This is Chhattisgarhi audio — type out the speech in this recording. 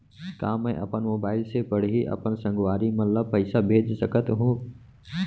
का मैं अपन मोबाइल से पड़ही अपन संगवारी मन ल पइसा भेज सकत हो?